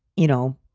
you know,